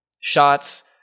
shots